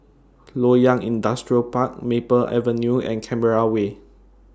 Loyang Industrial Park Maple Avenue and Canberra Way